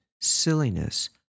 silliness